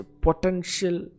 potential